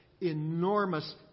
enormous